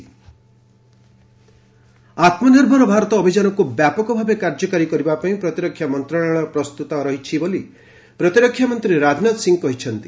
ଆତ୍ମନିର୍ଭର ଭାରତ ଆତୁନିର୍ଭର ଭାରତ ଅଭିଯାନକ୍ତ ବ୍ୟାପକ ଭାବେ କାର୍ଯ୍ୟକାରୀ କରିବା ପାଇଁ ପ୍ରତିରକ୍ଷା ମନ୍ତ୍ରଣାଳୟ ପ୍ରସ୍ତତ ରହିଛି ବୋଲି ପ୍ରତିରକ୍ଷାମନ୍ତ୍ରୀ ରାଜନାଥ ସିଂହ କହିଛନ୍ତି